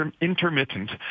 intermittent